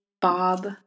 Bob